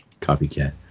Copycat